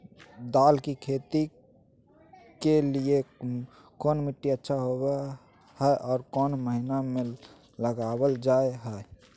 दाल की खेती के लिए कौन मिट्टी अच्छा होबो हाय और कौन महीना में लगाबल जा हाय?